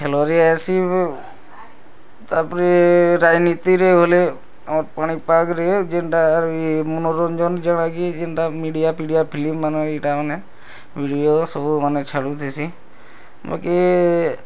ଆସି ତାପରେ ରାଜନୀତିରେ ବୋଲେ ଆର୍ ପାଣି ପାଗ ରେ ଯେନ୍ଟା ଆର୍ ମନୋରଞ୍ଜନ ଯେଟା କି ଯେନ୍ତା ମିଡ଼ିଆ ପିଡ଼ିଆ ଫିଲିମ୍ ମାନେ ଏଇଟା ମାନେ ଭିଡ଼ିଓ ସବୁ ମାନେ ଛାଡ଼ୁଥିସି ବାକି